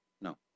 No